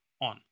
on